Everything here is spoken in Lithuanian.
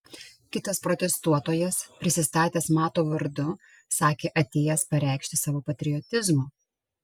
kitas protestuotojas prisistatęs mato vardu sakė atėjęs pareikšti savo patriotizmo